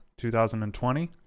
2020